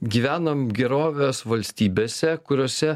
gyvenam gerovės valstybėse kuriose